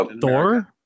Thor